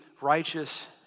righteous